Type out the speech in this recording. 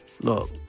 Look